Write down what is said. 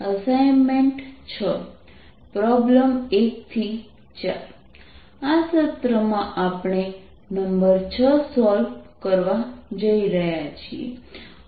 assignment 06 problem 1 4 આ સત્રમાં આપણે નંબર 6 સોલ્વ કરવા જઈ રહ્યા છીએ